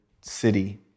city